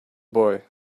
boy